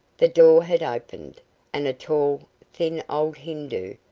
the door had opened and a tall, thin old hindoo,